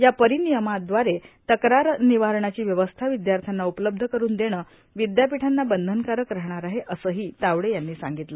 या परिनियमादवारे तक्रार निवारणाची व्यवस्था विद्यार्थ्यांना उपलब्ध करून देणे विद्यापीठांना बंधनकारक राहणार आहे असंही तावडे यांनी सांगितलं